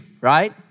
right